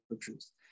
produce